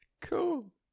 Cool